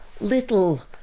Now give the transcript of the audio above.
little